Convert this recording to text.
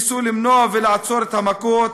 ניסו למנוע ולעצור את המכות,